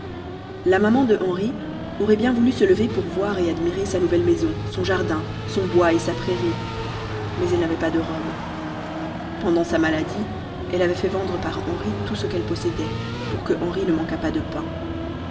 la maman de henri aurait bien voulu se lever pour voir et admirer sa nouvelle maison son jardin son bois et sa prairie mais elle n'avait pas de robe pendant sa maladie elle avait fait vendre par henri tout ce qu'elle possédait pour que henri ne manquât pas de pain